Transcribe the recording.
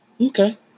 Okay